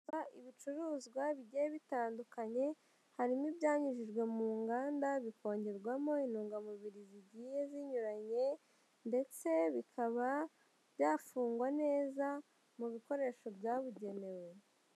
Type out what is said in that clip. Ibicuruzwa bigiye bitandukanye harimo ibyanyujijwe mu nganda bikongerwamo intungamubiri zigiye zinyuranye ndetse bikaba byafungwa neza mu bikoresho byabugenewe.